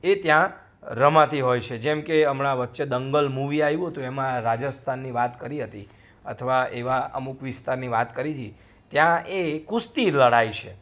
એ ત્યાં રમાતી હોય છે જેમ કે હમણાં વચ્ચે દંગલ મૂવી આવ્યું હતુ એમાં રાજસ્થાનની વાત કરી હતી અથવા એવા અમુક વિસ્તારની વાત કરીતી ત્યાં એ કુસ્તી લડાય છે